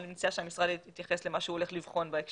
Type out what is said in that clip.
אני מציעה שהמשרד יתייחס לנושא הכשירות.